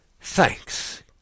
Thanks